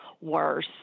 worse